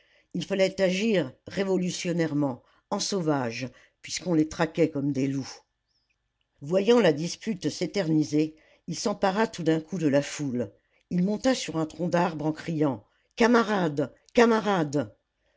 il fallait agir révolutionnairement en sauvages puisqu'on les traquait comme des loups voyant la dispute s'éterniser il s'empara tout d'un coup de la foule il monta sur un tronc d'arbre en criant camarades camarades